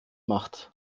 macht